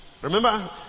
Remember